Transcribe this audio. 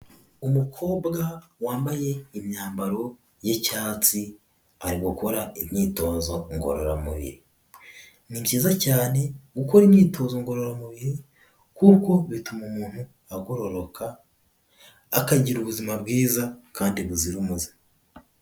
Umukobwa wambaye imyambaro y'icyatsi, ari gukora imyitozo ngororamubiri. Ni byiiza cyane gukora imyitozo ngororamubiri, kuko bituma umuntu agororoka. akagira ubuzima bwiza, kandi buzira umuze.